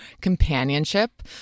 companionship